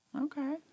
Okay